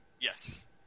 Yes